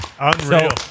Unreal